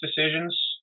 decisions